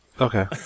Okay